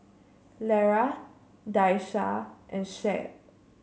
Lera Daisha and Shep